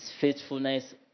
faithfulness